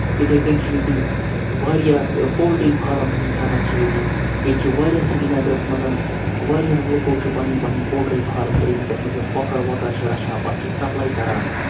یِتھٕے کٔنۍ چھِ ییٚتہِ واریاہ پولٹرٛی فارَم ہِنٛز صنعت چھِ ییٚتہِ ییٚتہِ چھِ واریاہ سرینَگرَس منٛز واریاہو لُکو چھِ پَنٕنۍ پَنٕنۍ پولٹرٛی فارَم ترٛٲوۍمٕتۍ یَتھ منٛز یِم کۄکَر وۄکَر چھِ رَچھان پَتہٕ چھِ سَپلَے کَران